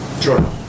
Sure